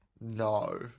No